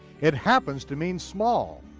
it happens to mean small.